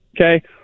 Okay